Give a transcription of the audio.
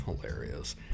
Hilarious